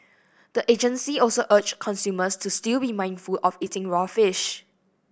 the agency also urged consumers to still be mindful of eating raw fish